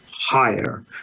higher